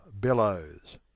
bellows